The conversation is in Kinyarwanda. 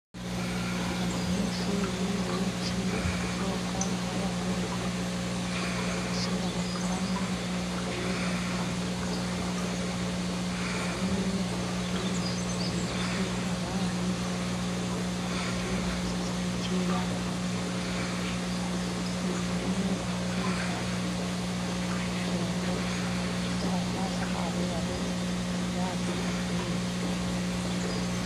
Abanyeshuri benshi abakobwa n'abahungu, bafashe amakaramu n'amakaye bari kwandika ,bamwe bafite ibisuko mu mutwe abandi bafite udusatsi dukeya ku mutwe, bunze ubumwe bari kwiga kugira ngo ejo hazaza habo babe bazi ubwenge.